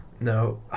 No